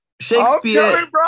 Shakespeare